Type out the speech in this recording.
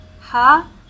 Ha